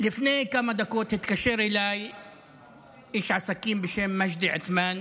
לפני כמה דקות התקשר אליי איש עסקים בשם מג'די עות'מאן,